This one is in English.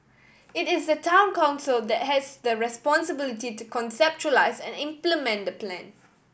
it is the Town Council that has the responsibility to conceptualise and implement the plan